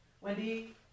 Wendy